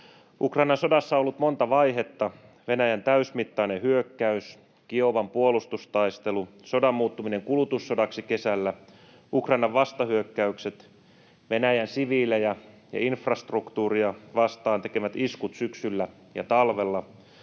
Ukrainan sodassa on ollut monta vaihetta: Venäjän täysimittainen hyökkäys, Kiovan puolustustaistelu, sodan muuttuminen kulutussodaksi kesällä, Ukrainan vastahyökkäykset, Venäjän siviilejä ja infrastruktuuria vastaan tekemät iskut syksyllä ja talvella.